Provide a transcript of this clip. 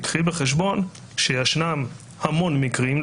תיקחי בחשבון שיש המון מקרים,